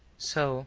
so